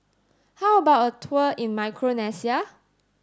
how about a tour in Micronesia